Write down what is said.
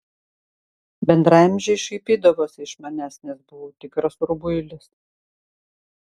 bendraamžiai šaipydavosi iš manęs nes buvau tikras rubuilis